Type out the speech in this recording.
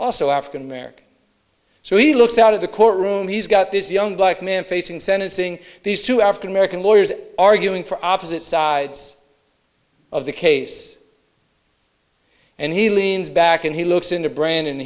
also african american so he looks out of the courtroom he's got this young black man facing sentencing these two african american lawyers arguing for opposite sides of the case and he leans back and he looks in the brain and